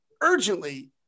urgently